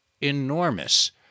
enormous